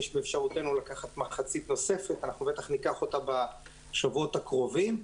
יש באפשרותנו לקחת מחצית נוספת ואנחנו בטח ניקח אותה בשבועות הקרובים.